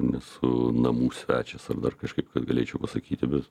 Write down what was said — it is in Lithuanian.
nesu namų svečias ar dar kažkaip kad galėčiau pasakyti bet